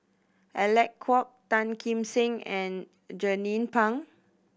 Alec Kuok Tan Kim Seng and Jernnine Pang